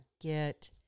get